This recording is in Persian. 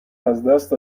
ازدست